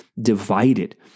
divided